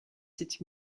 sept